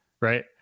right